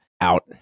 out